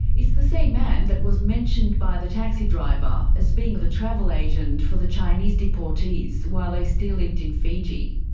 it's the same man that was mentioned by the taxi driver as being the travel agent for the chinese deportees while they still lived in fiji.